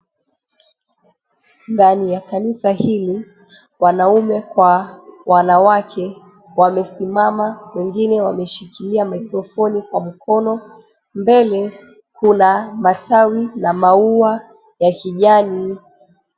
Ndani ya kanisa hili, wanaume kwa wanawake wamesimama wengine wameshikilia microphone kwa mkono. Mbele kuna matawi na maua ya kijani.